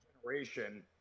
generation